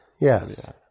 yes